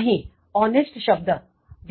અહીં honest શબ્દ